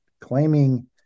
claiming